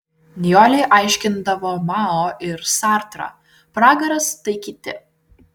nijolei aiškindavo mao ir sartrą pragaras tai kiti